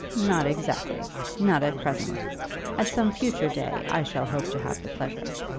not exactly not at present at some future day i shall hope to have the pleasure.